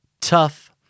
tough